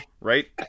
right